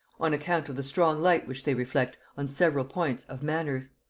on account of the strong light which they reflect on several points of manners.